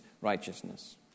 righteousness